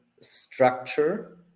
structure